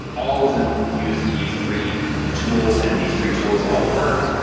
all of them use these three tools and these three tools all work,